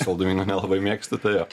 saldumynų nelabai mėgstu tai jo